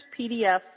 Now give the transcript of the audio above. PDF